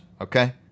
Okay